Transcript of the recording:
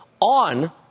on